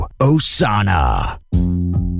Osana